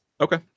Okay